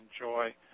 enjoy